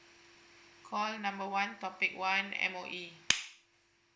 call number one topic one M_O_E